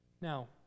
Now